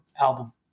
album